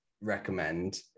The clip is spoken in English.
recommend